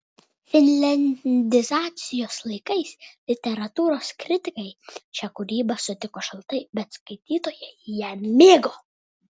finliandizacijos laikais literatūros kritikai šią kūrybą sutiko šaltai bet skaitytojai ją mėgo